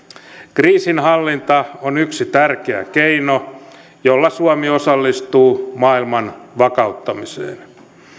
kriisinhallinta on yksi tärkeä keino jolla suomi osallistuu maailman vakauttamiseen